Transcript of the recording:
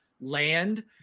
land